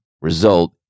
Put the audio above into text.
result